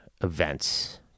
events